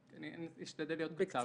אשתדל להיות קצר.